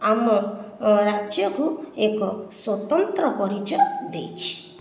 ଆମ ରାଜ୍ୟକୁ ଏକ ସ୍ୱତନ୍ତ୍ର ପରିଚୟ ଦେଇଛି